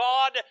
God